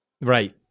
Right